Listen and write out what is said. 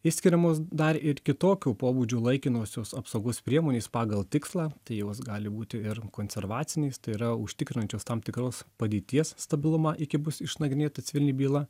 išskiriamos dar ir kitokių pobūdžių laikinosios apsaugos priemonės pagal tikslą tai jos gali būti ir konservacinės tai yra užtikrinančios tam tikros padėties stabilumą iki bus išnagrinėta civilinė byla